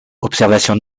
observation